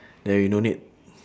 then you no need